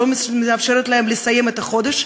שלא מאפשרת להם לסיים את החודש,